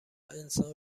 انسان